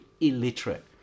illiterate